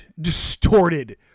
distorted